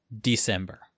December